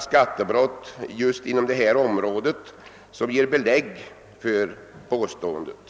skattebrott på just detta område som skulle kunna ge belägg för påståendet.